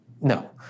No